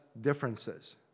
differences